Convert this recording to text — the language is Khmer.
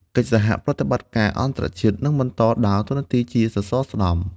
កិច្ចសហប្រតិបត្តិការអន្តរជាតិនឹងបន្តដើរតួនាទីជាសសរស្តម្ភ។